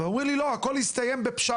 והם אומרים לי: "לא, הכל הסתיים בפשרה".